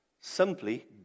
simply